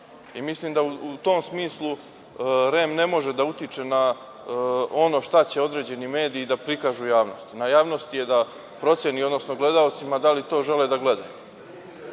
Mislim da u tom smislu REM ne može da utiče na ono šta će određeni mediji da prikažu javnosti. Na javnosti je da proceni, odnosno gledaocima, da li to žele da gledaju.